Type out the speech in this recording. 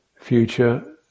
Future